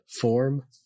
form